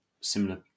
similar